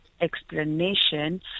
explanation